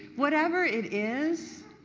whatever it is,